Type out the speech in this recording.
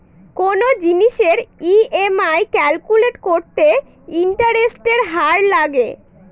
কোনো জিনিসের EMI calculate করতে ইন্টারেস্টের হার লাগে